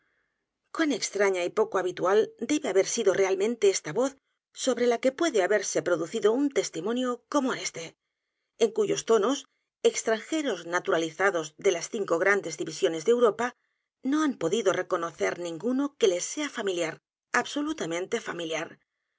cuan extraña y poco habitual debe haber sido realmente esta voz sobre la los crímenes b e la calle morgue que puede haberse producido un tesimonio como éste en cuyos tonos extranjeros naturalizados de las cinco grandes divisiones de europa no han podido reconocer ninguno que les sea familiar absolutamente